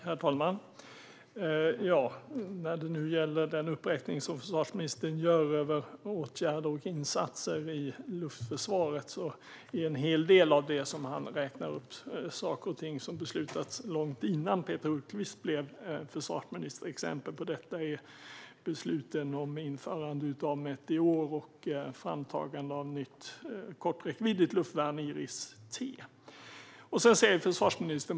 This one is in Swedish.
Herr talman! När det gäller den uppräkning som försvarsministern gör av åtgärder och insatser i luftförsvaret är en hel del av det som han räknar upp saker som har beslutats långt innan Peter Hultqvist blev försvarsminister. Exempel på detta är besluten om införande av Meteor och framtagande av nytt korträckviddigt luftvärn Iris-T.